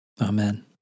Amen